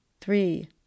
three